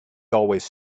always